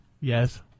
Yes